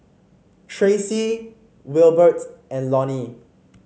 Tracie Wilbert and Lonnie